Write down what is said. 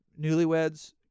newlyweds